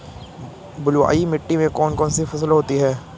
बलुई मिट्टी में कौन कौन सी फसल होती हैं?